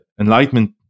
Enlightenment